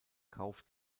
kauft